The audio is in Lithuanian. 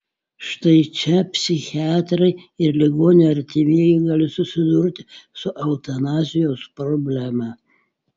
štai čia psichiatrai ir ligonio artimieji gali susidurti su eutanazijos problema